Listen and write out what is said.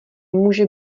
může